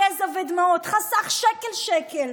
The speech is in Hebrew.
יזע ודמעות חסך שקל-שקל,